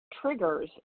triggers